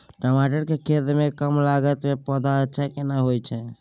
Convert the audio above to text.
टमाटर के खेती में कम लागत में पौधा अच्छा केना होयत छै?